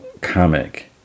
comic